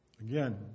again